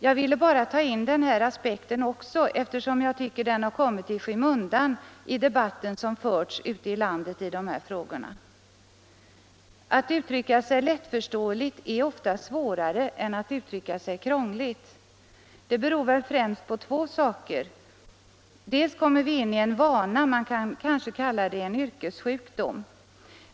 Jag ville bara ta in den här aspekten också, eftersom jag tycker den kommit i skymundan i debatten som förts ute i landet i de här frågorna. Att uttrycka sig lättförståeligt är ofta svårare än att uttrycka sig krångligt. Det beror väl främst på två saker. Dels kommer vi in i en vana, man kan kanske kalla det yrkessjukdom.